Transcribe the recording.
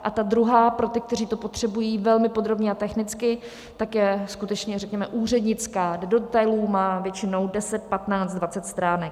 A ta druhá pro ty, kteří to potřebují velmi podrobně a technicky, tak je skutečně, řekněme, úřednická, do detailů, má většinou deset, patnáct, dvacet stránek.